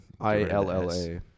I-L-L-A